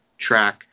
track